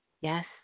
Yes